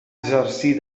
exercir